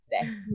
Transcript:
today